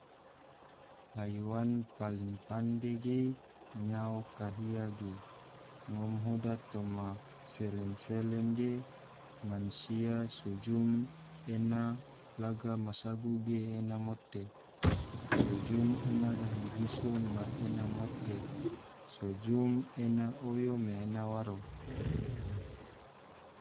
Haiwan paling pande ge nyao kahia ge, ngom hoda toma felem-felem ge, mansia so jum ena laga ma sagu ge ena mote, so jum ena gahi biso mai ena mote, so jum ena oyo mai ena waro.